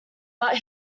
but